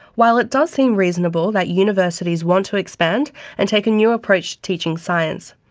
while it does seem reasonable that universities want to expand and take a new approach to teaching science,